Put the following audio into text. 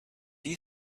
you